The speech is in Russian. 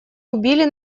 убили